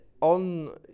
On